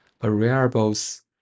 variables